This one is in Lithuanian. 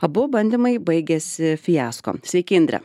abu bandymai baigėsi fiasko sveiki indre